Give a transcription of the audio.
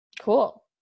cool